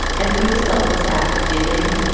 and through the selfless act of giving,